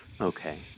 Okay